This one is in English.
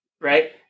right